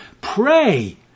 pray